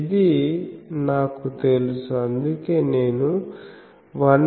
ఇది నాకు తెలుసు అందుకే నేను 1